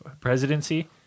presidency